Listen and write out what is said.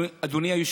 תודה.